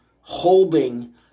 holding